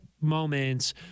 moments